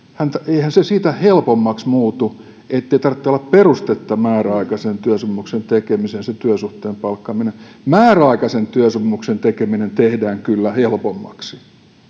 eihän se siitä helpommaksi muutu että ei tarvitse olla perustetta määräaikaisen työsopimuksen tekemiseen siihen työsuhteeseen palkkaamiseen määräaikaisen työsopimuksen tekeminen tehdään kyllä helpommaksi